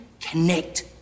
connect